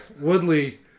Woodley